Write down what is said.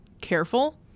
careful